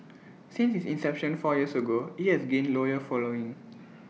since its inception four years ago IT has gained loyal following